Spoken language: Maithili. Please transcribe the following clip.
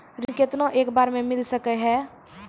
ऋण केतना एक बार मैं मिल सके हेय?